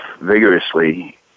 vigorously